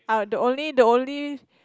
I will the only the only